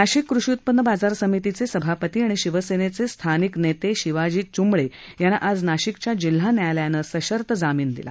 नाशिक कृषी उत्पन्न बाजार समितीचे सभापती आणि शिवसेनेचे स्थानिक नेते शिवाजी चंभळे यांना आज नाशिकच्या जिल्हा न्यायालयानं सशर्त जामीन दिला